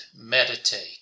meditate